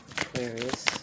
Aquarius